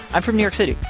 i'm from new york city,